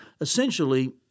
essentially